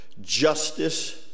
justice